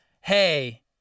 hey